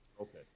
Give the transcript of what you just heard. Okay